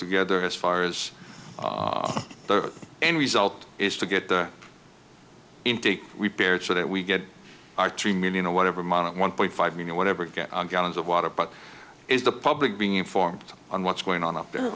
together as far as the end result is to get the intake repaired so that we get our three million or whatever amount of one point five you know whatever get gallons of water but is the public being informed on what's going on up there